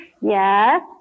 Yes